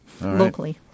locally